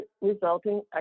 resulting